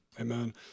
Amen